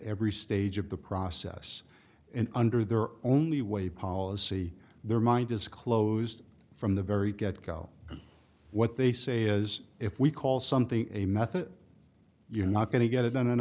every stage of the process and under their only way policy their mind is closed from the very get go what they say is if we call something a method you're not going to get it done an